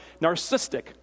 narcissistic